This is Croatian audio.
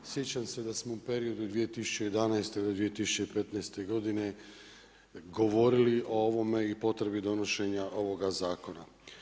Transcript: Sjećam se da smo u periodu 2011. do 2015. godine govorili o ovome i potrebi donošenja ovoga zakona.